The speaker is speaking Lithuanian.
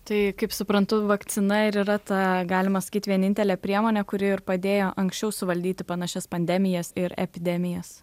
tai kaip suprantu vakcina ir yra ta galima sakyt vienintelė priemonė kuri ir padėjo anksčiau suvaldyti panašias pandemijas ir epidemijas